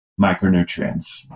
micronutrients